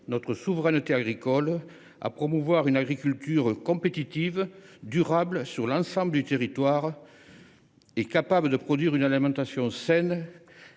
notre souveraineté agricole ; promouvoir une agriculture qui soit compétitive et durable sur l’ensemble du territoire, et capable de produire une alimentation saine,